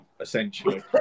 essentially